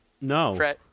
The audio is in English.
No